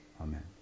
amen